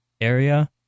area